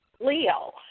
Leo